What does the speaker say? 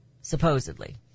supposedly